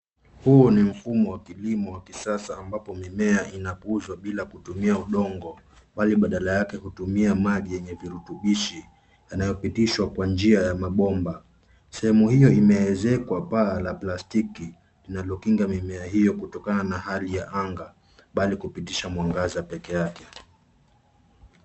Huu ni mfumo wa kilimo wa kisasa ambapo mimea inakuzwa bila kutumia udongo, mbali badala yake, hutumia maji yenye virutubishi yanayopitishwa kwa njia ya mabomba. Sehemu hio imeezekwa paa la plastiki, linalokinga mimea hio kutokana na hali ya anga, bali kupitisha mwangaza pekeake.